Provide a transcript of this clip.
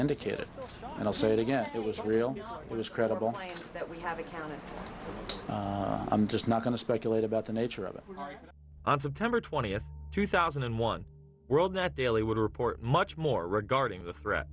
indicated and i'll say it again it was real it was credible that we have a i'm just not going to speculate about the nature of it on september twentieth two thousand and one world net daily would report much more regarding the threat